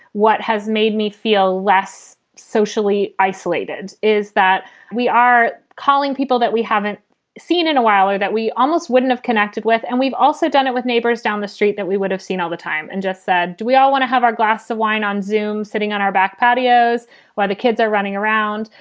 what has made me feel less socially isolated is that we are calling people that we haven't seen in a while or that we almost wouldn't have connected with. and we've also done it with neighbors down the street that we would have seen all the time and just said, do we all want to have our glass of wine on zoom's sitting on our back patios while the kids are running around?